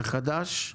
החדש,